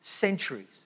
centuries